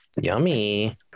Yummy